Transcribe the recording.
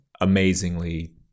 amazingly